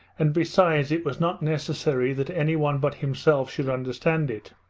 and besides it was not necessary that anyone but himself should understand it.